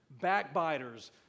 backbiters